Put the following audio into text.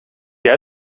jij